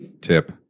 tip